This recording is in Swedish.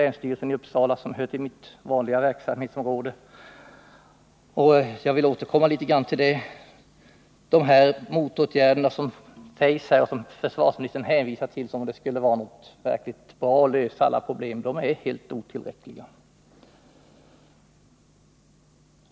Jag har varit med om att organisera verkskydd vid många skyddsföremål, och jag har varit med och jobbat med Forsmarkplanen på länsstyrelsen i Uppsala, som hör till mitt vanliga verksamhetsområde, och till det vill jag återkomma.